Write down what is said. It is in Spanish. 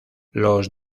los